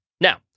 Now